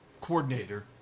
coordinator